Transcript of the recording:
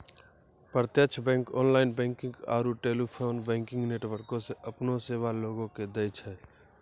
प्रत्यक्ष bank online banking आरू telephone banking नेटवर्को से अपनो सेबा लोगो के दै छै